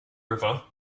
river